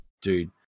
Dude